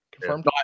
confirmed